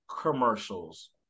commercials